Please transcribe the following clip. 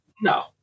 No